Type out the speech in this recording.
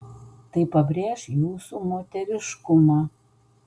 tai pabrėš jūsų moteriškumą